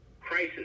crisis